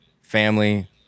family